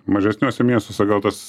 mažesniuose miestuose gal tas